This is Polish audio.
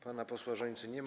Pana posła Rzońcy nie ma.